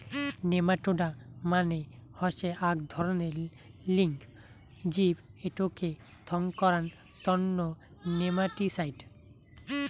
nematoda মানে হসে আক ধরণের লিঙ্গ জীব এটোকে থং করাং তন্ন নেমাটিসাইড